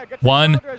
One